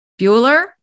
Bueller